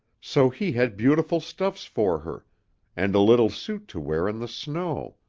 so he had beautiful stuffs for her and a little suit to wear in the snow.